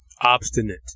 obstinate